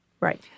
Right